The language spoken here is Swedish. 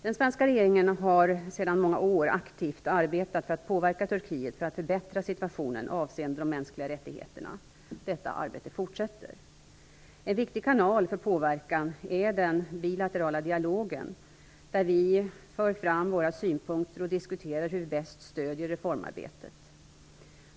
Den svenska regeringen har sedan många år aktivt arbetat för att påverka Turkiet att förbättra situationen avseende de mänskliga rättigheterna. Detta arbete fortsätter. En viktig kanal för påverkan är den bilaterala dialogen där vi för fram våra synpunkter och diskuterar hur vi bäst stöder reformarbetet.